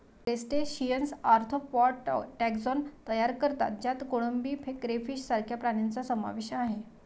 crustaceans arthropod taxon तयार करतात ज्यात कोळंबी, क्रेफिश सारख्या प्राण्यांचा समावेश आहे